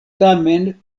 tamen